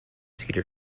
cedar